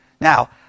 Now